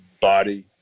body